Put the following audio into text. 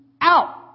out